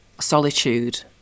solitude